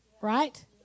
right